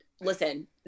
listen